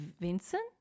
Vincent